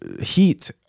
heat